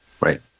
Right